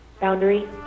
Boundary